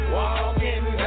walking